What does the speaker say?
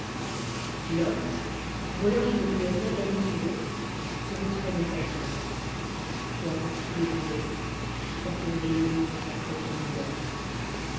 l'homme voyant qu'il ne pouvoit y rien gagner sur eux se retirait dans sa chambre soit pour prier pdur eux soit puur gémir sur sa propre misère